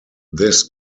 this